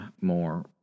more